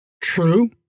True